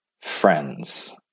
friends